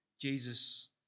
Jesus